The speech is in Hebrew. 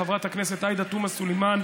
חברת הכנסת עאידה תומא סלימאן,